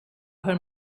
her